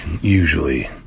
usually